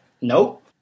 nope